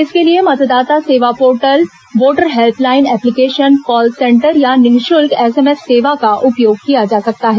इसके लिए मतदाता सेवा portal voter helpline application call centre या निःशुल्क एसएमएस सेवा का उपयोग किया जा सकता है